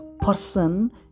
person